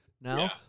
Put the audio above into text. now